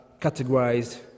categorized